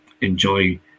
enjoy